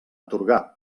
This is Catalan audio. atorgar